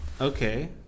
Okay